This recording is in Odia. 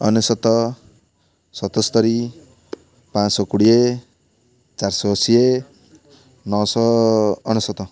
ଅନେଶତ ସତସ୍ତରୀ ପାଞ୍ଚଶହ କୋଡ଼ିଏ ଚାରିଶହ ଅଶୀ ନଅଶହ ଅନେଶତ